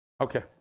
Okay